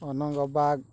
Anang Bag